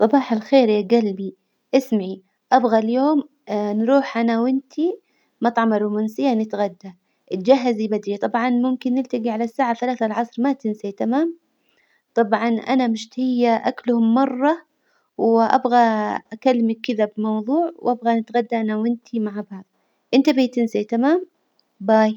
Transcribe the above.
صباح الخير يا جلبي، إسمعي أبغى اليوم نروح أنا وإنتي مطعم الرومانسية نتغدى، إتجهزي بدري، طبعا ممكن نلتجي على الساعة ثلاثة العصر ما تنسي تمام؟ طبعا أنا مشتهية أكلهم مرة وأبغى أكلمك كذا بموضوع، وأبغى نتغدى أنا وإنتي مع بعض، إنتبهي تنسي تمام؟ باي.